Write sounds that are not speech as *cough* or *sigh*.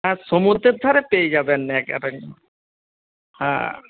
হ্যাঁ সমুদ্রের ধারে পেয়ে যাবেন *unintelligible* হ্যাঁ